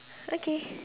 okay